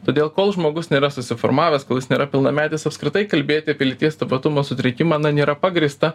todėl kol žmogus nėra susiformavęs kol jis nėra pilnametis apskritai kalbėti apie lyties tapatumo sutrikimą na nėra pagrįsta